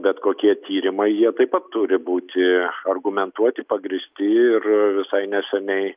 bet kokie tyrimai jie taip pat turi būti argumentuoti pagrįsti ir visai neseniai